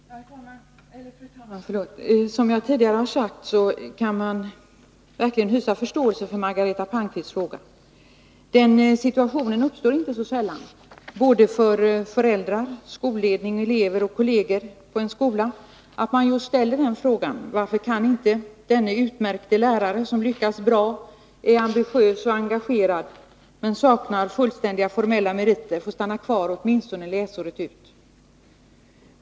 Fru talman! Som jag tidigare har sagt kan man verkligen hysa förståelse för Margareta Palmqvists fråga. Inte sällan undrar föräldrar, skolledning, elever och lärarkolleger: Varför kan inte denne utmärkte lärare, som har lyckats bra och som är ambitiös och engagerad men saknar fullständiga formella meriter, få stanna kvar åtminstone läsåret ut?